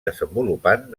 desenvolupant